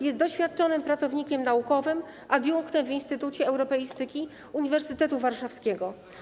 Jest doświadczonym pracownikiem naukowym, adiunktem w Instytucie Europeistyki Uniwersytetu Warszawskiego.